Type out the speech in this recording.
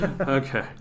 Okay